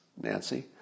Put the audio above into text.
Nancy